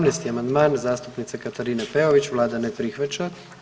17. amandman zastupnice Katarine Peović, Vlada ne prihvaća.